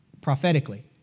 prophetically